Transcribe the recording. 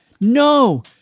no